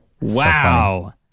Wow